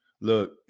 Look